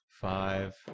Five